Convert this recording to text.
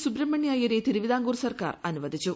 സുബ്രഹ്മണ്യ അയ്യരെ തിരുവിതാംകൂർ സർക്കാർ അനുവദിച്ചു